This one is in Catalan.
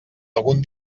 algun